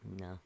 no